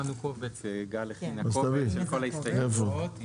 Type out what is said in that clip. גל הכינה קובץ של כל ההסתייגויות.